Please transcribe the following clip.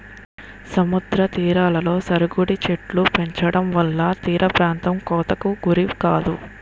సముద్ర తీరాలలో సరుగుడు చెట్టులు పెంచడంవల్ల తీరప్రాంతం కోతకు గురికాదు